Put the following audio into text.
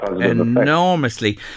enormously